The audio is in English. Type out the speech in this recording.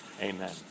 Amen